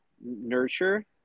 nurture